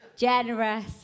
Generous